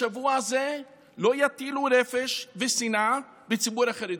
בשבוע הזה לא יטילו רפש ושנאה בציבור החרדי.